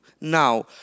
now